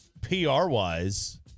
PR-wise